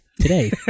today